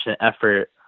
effort